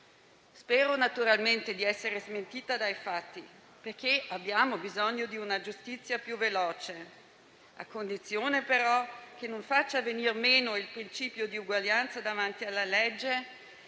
Spero, naturalmente, di essere smentita dai fatti, perché abbiamo bisogno di una giustizia più veloce, a condizione, però, che non faccia venir meno il principio di uguaglianza davanti alla legge,